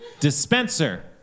Dispenser